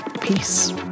Peace